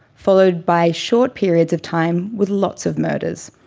followed by short periods of time with lots of murders.